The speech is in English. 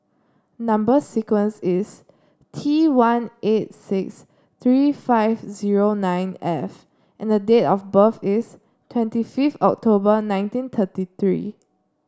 number sequence is T one eight six three five zero nine F and the date of birth is twenty fifth October nineteen thirty three